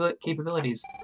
capabilities